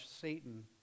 Satan